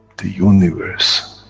the universe